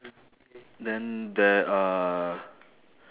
then there are